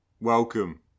Welcome